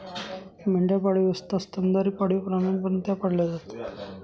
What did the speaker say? मेंढ्या पाळीव असतात स्तनधारी पाळीव प्राण्यांप्रमाणे त्या पाळल्या जातात